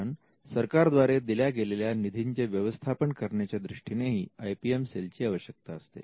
कारण सरकारद्वारे दिल्या गेलेल्या निधीचे व्यवस्थापन करण्याच्या दृष्टीनेही आय पी एम सेलची आवश्यकता असते